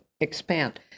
expand